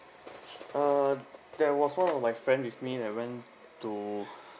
uh there was one of my friend with me and went to